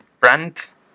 Brands